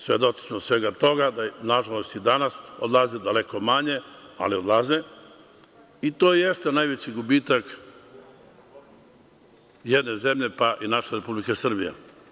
Svedoci smo svega toga da nažalost i danas odlaze daleko manje, ali odlaze i to jeste najveći gubitak jedne zemlje, pa i naše Republike Srbije.